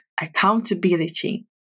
accountability